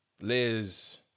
Liz